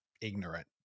ignorant